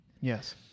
Yes